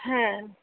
হ্যাঁ